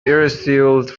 irresolute